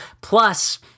Plus